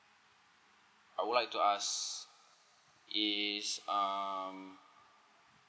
I would like to ask is um